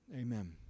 Amen